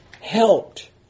helped